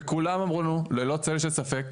וכולם אמרו לנו ללא צל של ספק,